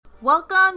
Welcome